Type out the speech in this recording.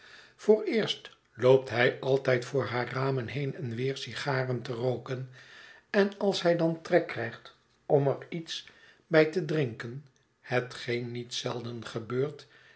vooreerst loopt hij altijd voor haar ramen heen en weer sigaren te rooken en als hij dan trek krijgt om er iets bij te drinken hetgeen niet zelden gebeurt